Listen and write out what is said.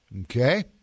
okay